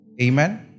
Amen